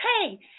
Hey